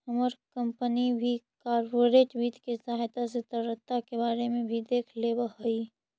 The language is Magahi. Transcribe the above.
हमर कंपनी भी कॉर्पोरेट वित्त के सहायता से तरलता के बारे में भी देख लेब हई